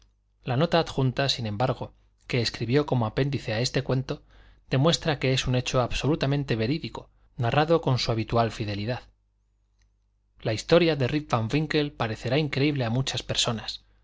la nota adjunta sin embargo que escribió como apéndice a este cuento demuestra que es un hecho absolutamente verídico narrado con su habitual fidelidad la historia de rip van winkle parecerá increíble a muchas personas